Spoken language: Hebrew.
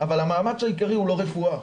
אבל המאמץ העיקרי הוא לא רפואה,